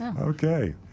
Okay